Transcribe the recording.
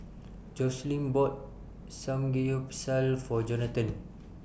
Joslyn bought Samgeyopsal For Johnathon